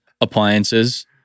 appliances